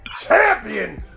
champion